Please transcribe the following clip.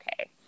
okay